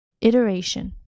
iteration